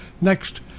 next